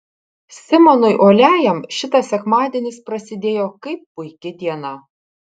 simonui uoliajam šitas sekmadienis prasidėjo kaip puiki diena